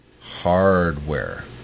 hardware